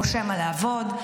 או שמא לעבוד,